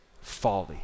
folly